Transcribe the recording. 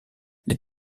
les